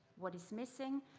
what is missing,